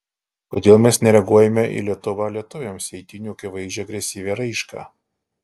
kodėl mes nereaguojame į lietuva lietuviams eitynių akivaizdžią agresyvią raišką